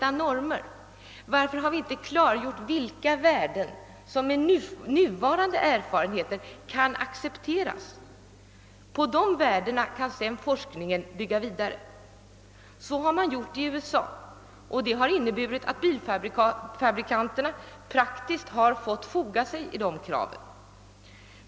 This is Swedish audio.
Ja, men varför har vi inte klargjort vilka värden som med nuvarande erfarenheter kan accepteras? Med dessa värden som grundval kan sedan forskningen bygga vidare. Så har man gjort i USA, och det har inneburit att bilfabrikanterna praktiskt fått foga sig i dessa krav.